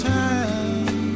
time